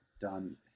done